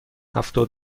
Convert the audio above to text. هفتاد